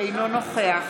אינו נוכח